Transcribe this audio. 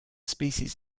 species